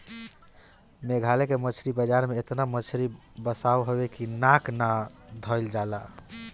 मेघालय के मछरी बाजार में एतना मछरी बसात हवे की नाक ना धइल जाला